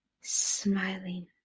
Smiling